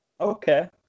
Okay